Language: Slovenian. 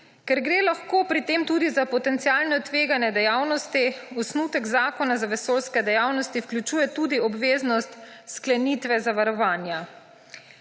Ker gre lahko pri tem tudi za potencialno tvegane dejavnosti, osnutek zakona vesoljskih dejavnostih vključuje tudi obveznost sklenitve zavarovanja.